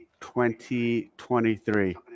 2023